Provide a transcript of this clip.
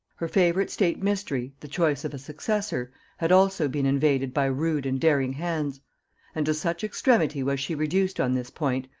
her favorite state-mystery the choice of a successor had also been invaded by rude and daring hands and to such extremity was she reduced on this point,